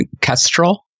Kestrel